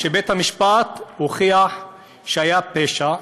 שבית המשפט הוכיח שהיה פשע,